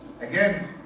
again